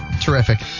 terrific